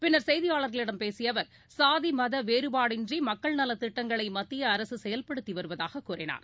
பின்னர் செய்தியாளர்களிடம் பேசியஅவர் சாதி மதவேறுபாடின்றிமக்கள் நலத் திட்டங்களைமத்தியஅரசுசெயல்படுத்திவருவதாகவும் அவர் கூறினார்